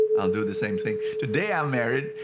i'll do the same thing. today, i'm married.